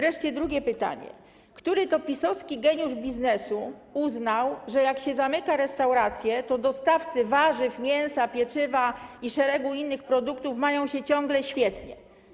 I drugie pytanie: Który to PiS-owski geniusz biznesu uznał, że jak się zamyka restauracje, to dostawcy warzyw, mięsa, pieczywa i szeregu innych produktów mają się ciągle świetnie?